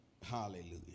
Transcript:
hallelujah